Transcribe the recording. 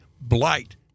blight